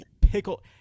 pickle –